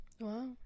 Wow